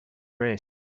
race